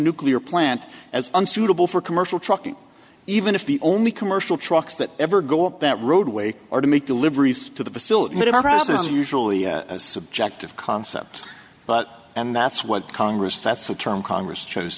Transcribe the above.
nuclear plant as unsuitable for commercial trucking even if the only commercial trucks that ever go up that roadway are to make deliveries to the facility that houses usually subjective concept but and that's what congress that's the term congress chose